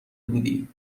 بودی